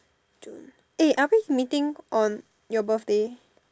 June eh are we meeting on your birthday